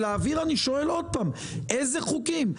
אני שואל עוד פעם איזה חוקים.